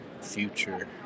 future